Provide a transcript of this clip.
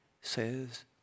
says